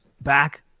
back